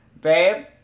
Babe